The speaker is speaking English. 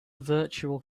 virtual